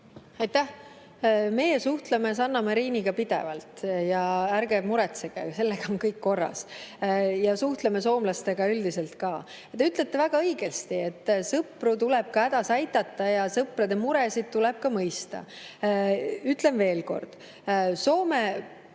Aitäh! Meie suhtleme Sanna Mariniga pidevalt. Ärge muretsege, sellega on kõik korras. Suhtleme soomlastega üldiselt ka. Te ütlete väga õigesti, et sõpru tuleb hädas aidata ja sõprade muresid tuleb mõista. Ütlen veel kord: Soomel